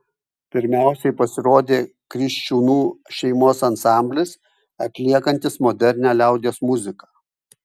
pirmiausiai pasirodė kriščiūnų šeimos ansamblis atliekantis modernią liaudies muziką